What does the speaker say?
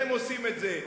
אתם עושים את זה,